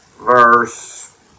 verse